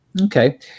Okay